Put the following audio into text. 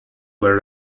were